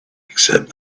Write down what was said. except